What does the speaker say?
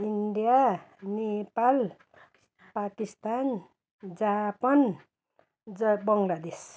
India Nepal Pakistan Japan ज बङ्लादेश